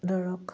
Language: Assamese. ধৰক